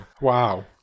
Wow